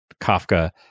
Kafka